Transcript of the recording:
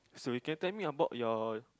so you can tell me about your